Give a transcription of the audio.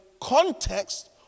context